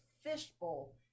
fishbowl